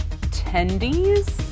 attendees